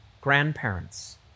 grandparents